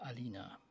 Alina